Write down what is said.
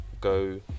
go